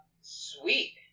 sweet